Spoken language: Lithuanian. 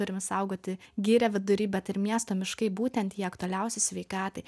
turim saugoti girią vidury bet ir miesto miškai būtent jie aktualiausi sveikatai